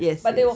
yes yes